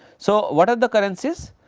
so, what are the currencies?